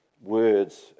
words